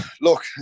look